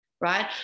right